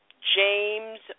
James